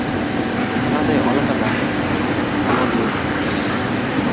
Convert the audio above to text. ᱚᱱᱟ ᱫᱚᱭ ᱚᱞ ᱠᱟᱫᱟ ᱚᱱᱚᱞᱤᱭᱟᱹ